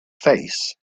face